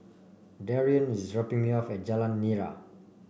Darien is dropping me off at Jalan Nira